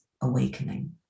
awakening